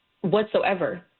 whatsoever